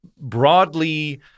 broadly